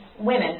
women